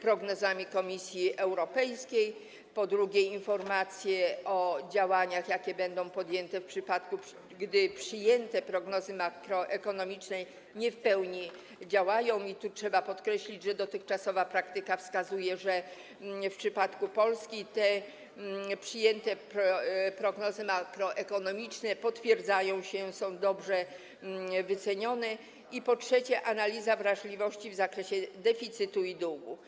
prognozami Komisji Europejskiej, po drugie, informacji o działaniach, jakie będą podjęte w przypadku, gdy przyjęte prognozy makroekonomiczne nie w pełni działają - i tu trzeba podkreślić, że dotychczasowa praktyka wskazuje, że w przypadku Polski przyjęte prognozy makroekonomiczne potwierdzają się, są dobrze wycenione - i po trzecie, analizy wrażliwości w zakresie deficytu i długu.